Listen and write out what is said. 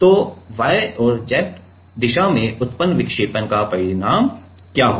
तो Y और Z दिशा में उत्पन्न विक्षेपण का परिमाण क्या होगा